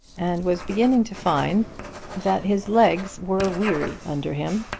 and was beginning to find that his legs were weary under him.